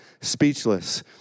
speechless